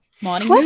morning